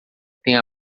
tem